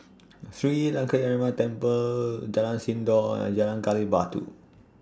Sri Lankaramaya Temple Jalan Sindor and Jalan Gali Batu